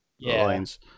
lines